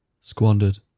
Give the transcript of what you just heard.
squandered